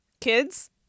Kids